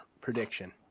prediction